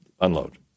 Unload